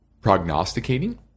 prognosticating